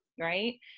right